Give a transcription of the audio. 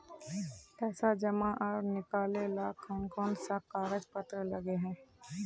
पैसा जमा आर निकाले ला कोन कोन सा कागज पत्र लगे है?